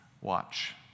watch